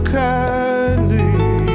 kindly